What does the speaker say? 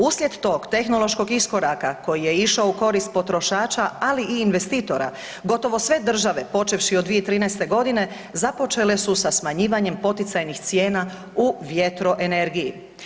Uslijed tog tehnološkog iskoraka koji je išao u korist potrošača ali i investitora gotovo sve države počevši od 2013. godine započele su sa smanjivanjem poticajnih cijena u vjetroenergiji.